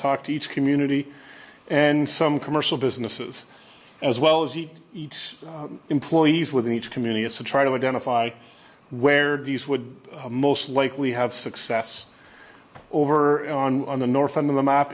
talk to each community and some commercial businesses as well as eat eat employees within each community is to try to identify where these would most likely have success over on the north end of the map